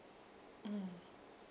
mm